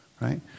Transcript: right